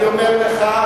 אני אומר לך,